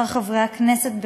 שכר חברי הכנסת,